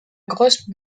grosse